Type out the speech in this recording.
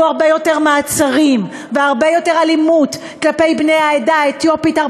הרבה יותר מעצרים והרבה יותר אלימות כלפי בני העדה האתיופית,